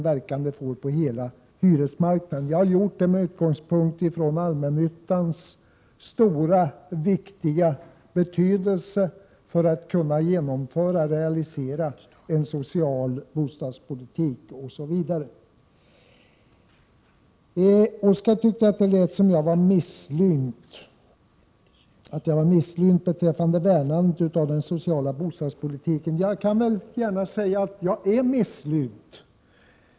Jag har gjort det med utgångspunkt i allmännyttans stora och viktiga betydelse för att man skall kunna realisera en social bostadspolitik. Oskar Lindkvist tyckte att det lät som om jag var misslynt beträffande värnandet om den sociala bostadspolitiken. Jag kan säga att jag är misslynt.